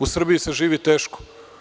U Srbiji se živi teško.